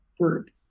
group